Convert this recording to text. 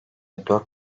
dört